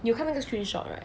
你有看那个 screenshot right